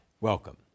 Welcome